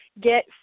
get